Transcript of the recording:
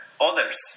others